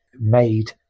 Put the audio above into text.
made